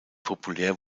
populär